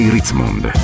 Ritzmond